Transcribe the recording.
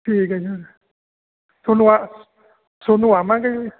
ਠੀਕ ਹੈ ਜੀ ਤੁਹਾਨੂੁੰ ਆ ਤੁਹਾਨੂੰ ਆਵਾਂਗੇ